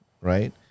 right